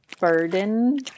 burden